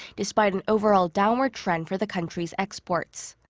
despite an overall downward trend for the country's exports.